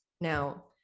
now